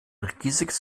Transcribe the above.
riesiges